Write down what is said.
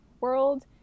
world